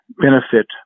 benefit